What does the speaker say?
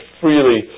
freely